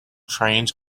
trains